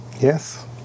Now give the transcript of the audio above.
Yes